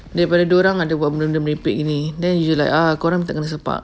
daripada dorang ada buat merepek ni then you like ah korang minta kena sepak